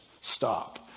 Stop